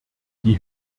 die